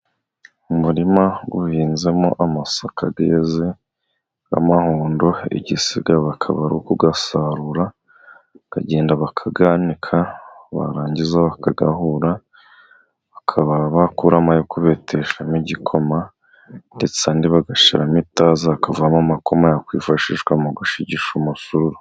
Umurima uhinzemo amasaka yeze y'amahundo igisigaye akaba ari ukuyasarura ukagenda bakayanika, barangiza bakayahura baka bakuramo ayo kubeteshamo igikoma ndetse andi bakayashiramo itazi akavamo amakoma yakwifashishwa mu gushigisha umusuru.